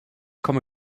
komme